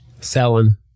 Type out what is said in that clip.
Selling